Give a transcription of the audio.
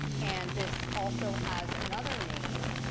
and this also has another name.